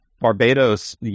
Barbados